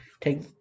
take